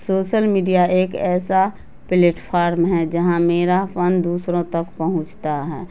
social media ایک ایسا platform ہے جہاں میرا فن دوسروں تک پہنچتا ہے